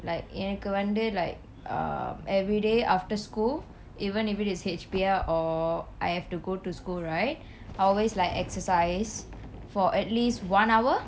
like எனக்கு வந்து:ennaku vanthu like uh everyday after school even if it is H_B_L or I have to go school right I always like exercise for at least one hour